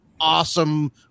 awesome